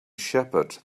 shepherd